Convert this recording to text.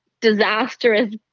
disastrous